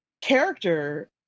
character